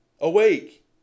Awake